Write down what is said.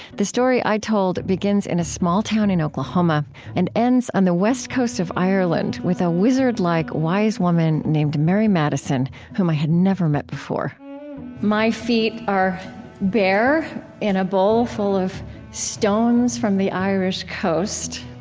the story i told begins in a small town in oklahoma and ends on the west coast of ireland with a wizard-like wise woman named mary madison whom i had never met before my feet are bare in a bowl full of stones from the irish coast,